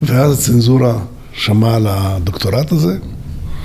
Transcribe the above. ואז הצנזורה שמעה על הדוקטורט הזה.